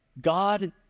God